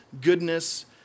goodness